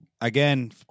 Again